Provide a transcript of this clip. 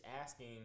asking